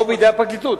או בידי הפרקליטות.